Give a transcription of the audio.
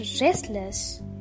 restless